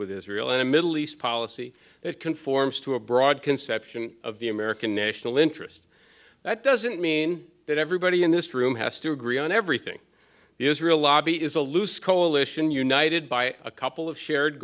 with israel and a middle east policy that conforms to a broad conception of the american national interest that doesn't mean that everybody in this room has to agree on everything the israel lobby is a loose coalition united by a couple of shared